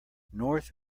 north